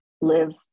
live